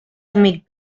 amic